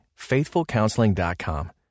FaithfulCounseling.com